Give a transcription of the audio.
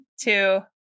two